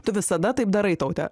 tu visada taip darai taute